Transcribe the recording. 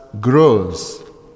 grows